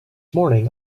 morning